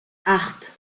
acht